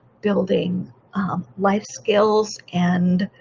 building life skills and